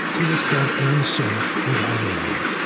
it is called ein sof without end.